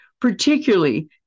particularly